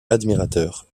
admirateurs